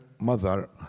mother